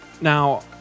Now